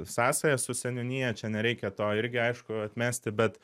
sąsają su seniūnija čia nereikia to irgi aišku atmesti bet